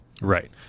Right